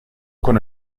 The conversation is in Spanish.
con